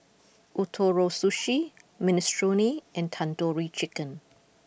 Ootoro Sushi Minestrone and Tandoori Chicken